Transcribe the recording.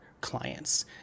clients